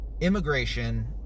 immigration